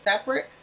separate